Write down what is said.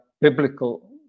biblical